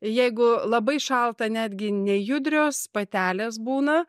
jeigu labai šalta netgi nejudrios patelės būna